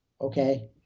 okay